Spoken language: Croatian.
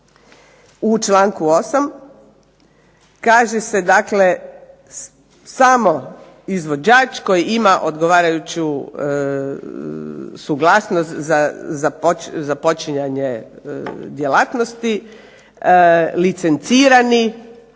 U članku 8. kaže se dakle samo izvođač koji ima odgovarajuću suglasnost za počinjanje djelatnosti, licencirani